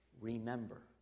Remember